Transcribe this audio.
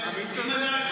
מי ב-2015?